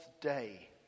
day